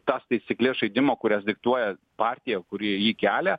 tas taisykles žaidimo kurias diktuoja partija kuri jį kelia